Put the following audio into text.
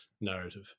narrative